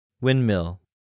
Windmill